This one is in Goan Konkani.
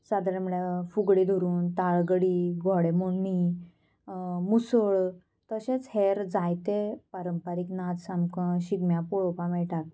सादारण म्हळ्यार फुगडी धरून ताळगडी घोडेमोडणी मुसळ तशेंच हेर जायते पारंपारीक नाच आमकां शिगम्याक पळोवपाक मेळटात